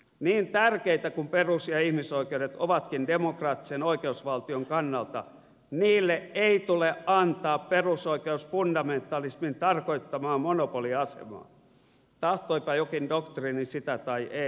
niin tärkeitä kuin perus ja ihmisoikeudet ovatkin demokraattisen oikeusvaltion kannalta niille ei tule antaa perusoikeusfundamentalismin tarkoittamaa monopoliasemaa tahtoipa jokin doktriini sitä tai ei